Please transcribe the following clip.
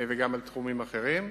וגם בתחומים אחרים.